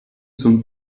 zum